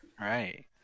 Right